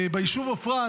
ביישוב עפרה,